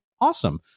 awesome